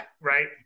Right